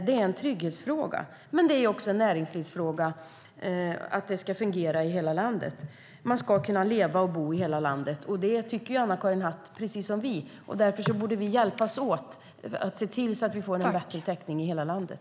Det är en trygghetsfråga, men det är också en näringslivsfråga att det ska fungera i hela landet. Man ska kunna leva och bo i hela landet, tycker vi, och det tycker ju Anna-Karin Hatt också. Därför borde vi hjälpas åt med att få en bättre täckning i hela landet.